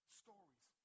stories